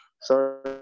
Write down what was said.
sorry